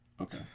Okay